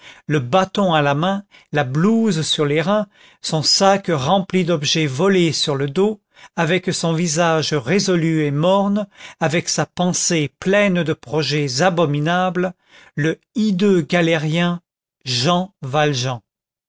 le bâton à la main la blouse sur les reins son sac rempli d'objets volés sur le dos avec son visage résolu et morne avec sa pensée pleine de projets abominables le hideux galérien jean valjean